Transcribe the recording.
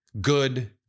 good